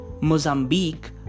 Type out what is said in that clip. Mozambique